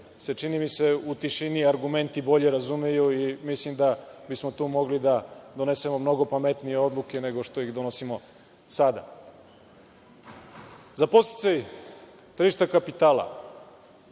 se čini mi se u tišini argumenti bolje razumeju i mislim da bismo tu mogli da donesemo mnogo pametnije odluke nego što ih donosimo sada.Za podsticaj tržišta kapitala